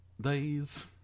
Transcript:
days